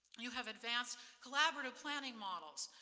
you have advanced collaborative planning models.